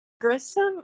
Grissom